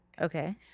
Okay